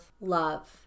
love